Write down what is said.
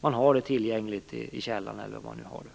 Man har den tillgänglig i källaren, eller var man nu har den.